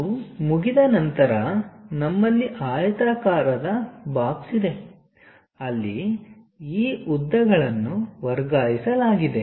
ಅದು ಮುಗಿದ ನಂತರ ನಮ್ಮಲ್ಲಿ ಆಯತಾಕಾರದ ಬಾಕ್ಸ್ ಇದೆ ಅಲ್ಲಿ ಈ ಉದ್ದಗಳನ್ನು ವರ್ಗಾಯಿಸಲಾಗಿದೆ